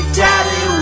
daddy